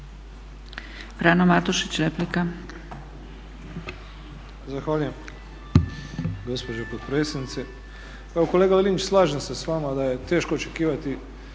Frano Matušić replika.